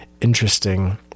interesting